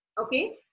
Okay